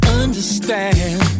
understand